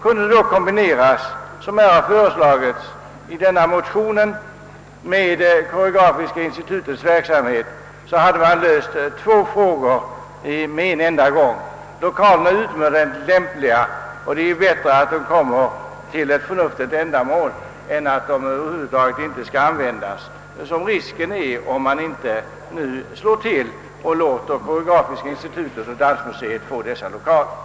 Kunde Dansmuseet — som föreslås i motionen — och Koreografiska institutet inrymmas där, så hade man samtidigt löst två problem. Lokalerna är utomordentligt lämpliga, och det är bättre att de används för ett förnuftigt ändamål än att de över huvud taget inte används, vilket man riskerar om man inte nu slår till och låter Koreografiska institutet och Dansmuseet få dessa 1okaler.